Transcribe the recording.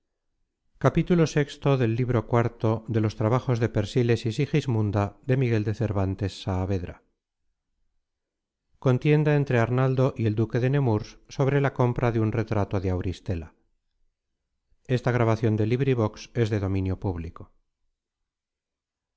vi contienda entre arnaldo y el duque de nemurs sobre la compra de un retrato de auristela